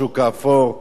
השוק האפור,